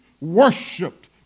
worshipped